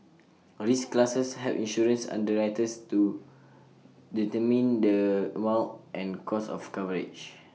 risk classes help insurance underwriters to determine the amount and cost of coverage